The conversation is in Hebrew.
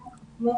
אם כן,